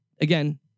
again